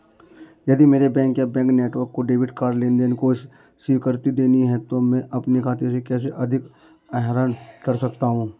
यदि मेरे बैंक या बैंक नेटवर्क को डेबिट कार्ड लेनदेन को स्वीकृति देनी है तो मैं अपने खाते से कैसे अधिक आहरण कर सकता हूँ?